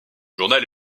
journal